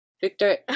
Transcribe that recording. Victor